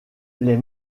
les